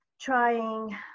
trying